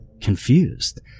confused